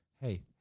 Hey